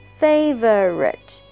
，favorite，